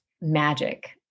magic